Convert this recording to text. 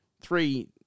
Three